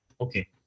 Okay